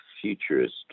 futurist